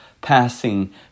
passing